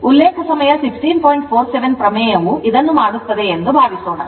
ಪ್ರಮೇಯವು ಇದನ್ನು ಮಾಡುತ್ತದೆ ಎಂದು ಭಾವಿಸೋಣ